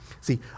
See